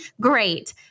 great